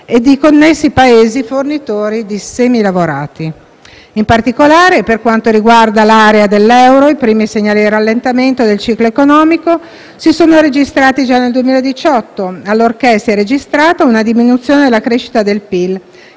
ed i connessi Paesi fornitori di semilavorati. In particolare, per quanto riguarda l'area dell'euro, i primi segnali di rallentamento del ciclo economico si sono registrati già dal 2018, allorché si è registrata una diminuzione della crescita del PIL,